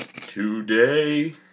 today